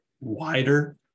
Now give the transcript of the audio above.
wider